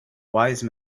wise